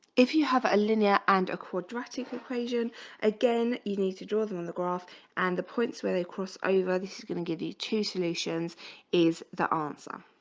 if you have a linear and a quadratic equation again, you need to draw them on the graph and the points where of course over this is going to give you you two solutions is the answer